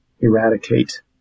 eradicate